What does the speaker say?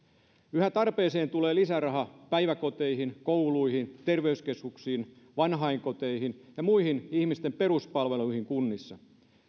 yhtä tarpeeseen tulee lisäraha päiväkoteihin kouluihin terveyskeskuksiin vanhainkoteihin ja muihin ihmisten peruspalveluihin kunnissa